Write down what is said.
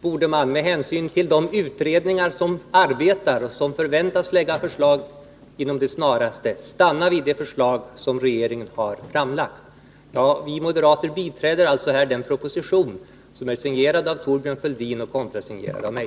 beslöt man att med hänsyn till de utredningar som arbetar och som förväntas lägga fram förslag med det snaraste, f. n. stanna vid det förslag som framlagts. Vi moderater biträder alltså den proposition som är signerad av Thorbjörn Fälldin och kontrasignerad av mig.